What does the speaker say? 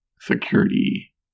security